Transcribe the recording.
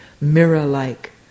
mirror-like